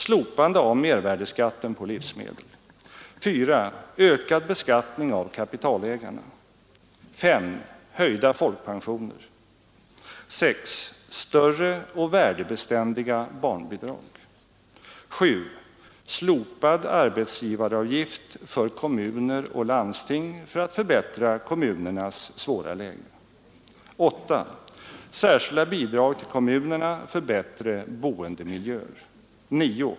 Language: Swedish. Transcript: Särskilda bidrag till kommunerna för bättre boeridemiljöer. 9.